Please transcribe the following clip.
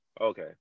okay